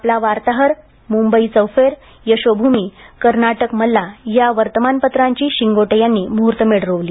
आपला वार्ताहर मुंबई चौफेर यशोभूमी कर्नाटक मल्ला या वर्तमानपत्रांची शिंगोटे यांनी मुहूर्तमेढ रोवली